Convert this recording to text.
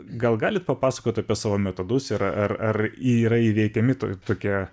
gal galit papasakot apie savo metodus ir ar ar yra įveikiami to tokie